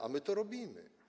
A my to robimy.